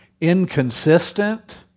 inconsistent